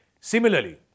Similarly